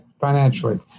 financially